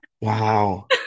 wow